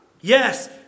Yes